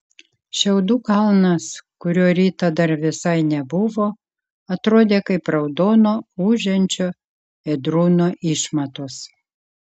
šiaudų kalnas kurio rytą dar visai nebuvo atrodė kaip raudono ūžiančio ėdrūno išmatos